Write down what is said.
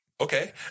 okay